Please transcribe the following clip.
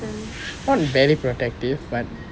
not very protective but